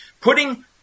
Putting